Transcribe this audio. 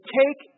take